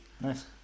Nice